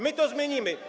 My to zmienimy.